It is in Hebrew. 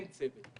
סגר.